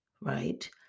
right